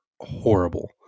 horrible